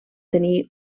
tenir